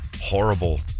horrible